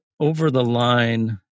over-the-line